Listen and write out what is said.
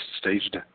staged